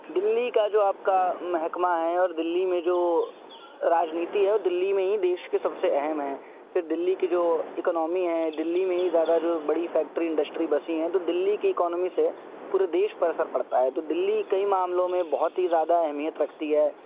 دلی کا جو آپ کا محکمہ ہے اور دلی میں جو راجنیتی ہے وہ دلی میں ہی دیش کے سب سے اہم ہیں پھر دلی کی جو اکنامی ہے دلی میں ہی زیادہ جو بڑی فیکٹری انڈسٹری بسی ہیں تو دلی کی اکانمی سے پورے دیش پر اثر پڑتا ہے تو دلی کئی معاملوں میں بہت ہی زیادہ اہمیت رکھتی ہے